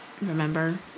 remember